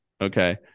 Okay